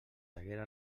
haguera